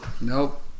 Nope